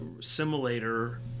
simulator